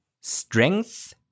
strength